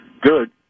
good